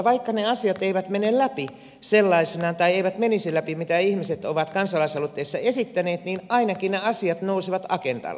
vaikka ne asiat mitä ihmiset ovat kansalaisaloitteissa esittäneet eivät menisi läpi sellaisinaan niin ainakin ne asiat nousevat agendalle